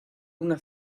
una